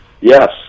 Yes